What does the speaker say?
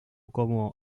como